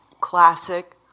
classic